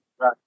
Right